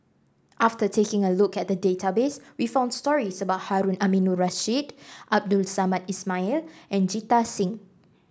after taking a look at the database we found stories about Harun Aminurrashid Abdul Samad Ismail and Jita Singh